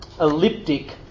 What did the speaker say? elliptic